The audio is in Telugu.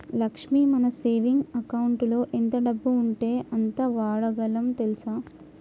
లక్ష్మి మన సేవింగ్ అకౌంటులో ఎంత డబ్బు ఉంటే అంత వాడగలం తెల్సా